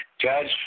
Judge